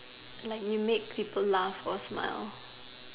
like you make people laugh or smile